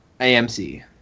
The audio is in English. AMC